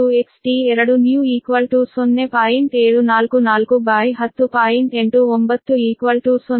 89 ಆದ್ದರಿಂದ XT1new XT2new 0